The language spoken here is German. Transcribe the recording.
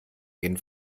gehen